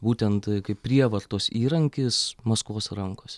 būtent kaip prievartos įrankis maskvos rankos